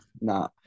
nah